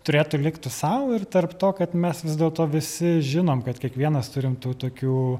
turėtų liktų sau ir tarp to kad mes vis dėlto visi žinom kad kiekvienas turim tų tokių